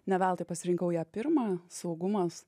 ne veltui pasirinkau ją pirmą saugumas